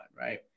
Right